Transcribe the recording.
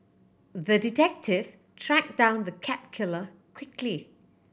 the detective tracked down the cat killer quickly